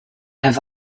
have